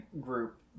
group